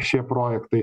šie projektai